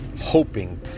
Hoping